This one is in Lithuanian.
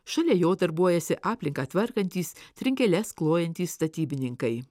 šalia jo darbuojasi aplinką tvarkantys trinkeles klojantys statybininkai